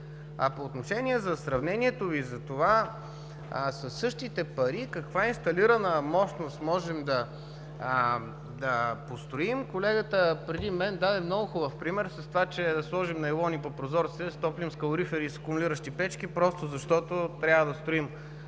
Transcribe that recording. по отношение сравнението Ви за това със същите пари каква инсталирана мощност можем да построим, колегата преди мен даде много хубав пример – да сложим найлони по прозорците и да се топлим с калорифери и акумулиращи печки просто защото трябва да строим